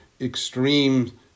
extreme